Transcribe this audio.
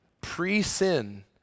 pre-sin